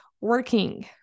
working